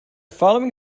following